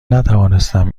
نتوانستم